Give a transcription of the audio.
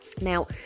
Now